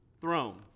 throne